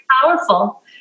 powerful